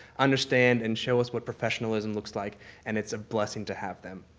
understand and show us what professionalism looks like and it's a blessing to have them.